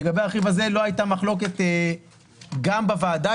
לגבי הרכיב הזה לא הייתה מחלוקת גם בוועדה,